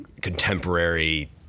contemporary